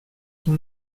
son